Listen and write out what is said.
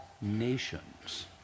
nations